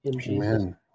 Amen